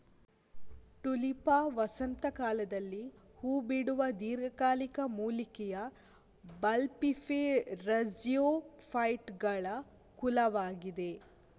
Tulipa ವಸಂತ ಕಾಲದಲ್ಲಿ ಹೂ ಬಿಡುವ ದೀರ್ಘಕಾಲಿಕ ಮೂಲಿಕೆಯ ಬಲ್ಬಿಫೆರಸ್ಜಿಯೋಫೈಟುಗಳ ಕುಲವಾಗಿದೆ